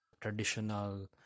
traditional